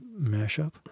mashup